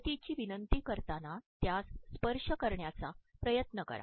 मदतीची विनंती करताना त्यास स्पर्श करण्याचा प्रयत्न करा